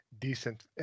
decent